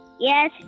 Yes